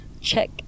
check